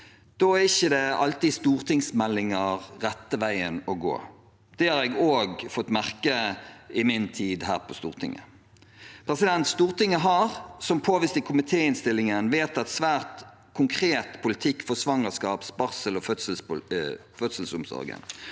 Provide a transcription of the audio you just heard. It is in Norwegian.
Da er ikke alltid stortingsmeldinger den rette veien å gå, og det har jeg også fått merke i min tid her på Stortinget. Stortinget har, som påvist i komitéinnstillingen, vedtatt svært konkret politikk for svangerskaps-, fødsels- og barselomsorgen,